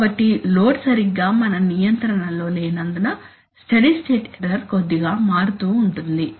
కాబట్టి లోడ్ సరిగ్గా మన నియంత్రణలో లేనందున స్టడీ స్టేట్ ఎర్రర్ కొద్దిగా మారుతూ ఉంటుంది